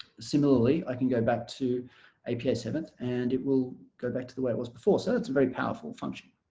similarly i can go back to apa seven and it will go back to the way it was before so that's a very powerful function.